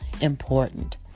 important